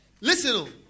listen